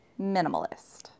minimalist